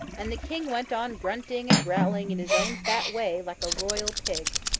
and the king went on grunting and growling in his own fat way, like a royal pig.